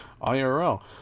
IRL